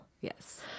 Yes